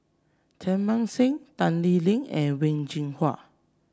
Teng Mah Seng Tan Lee Leng and Wen Jinhua